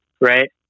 Right